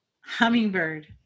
Hummingbird